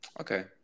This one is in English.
Okay